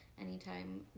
anytime